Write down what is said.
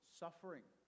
suffering